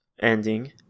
ending